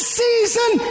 season